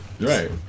Right